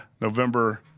November